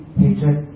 hatred